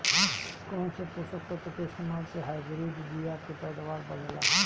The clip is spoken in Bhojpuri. कौन से पोषक तत्व के इस्तेमाल से हाइब्रिड बीया के पैदावार बढ़ेला?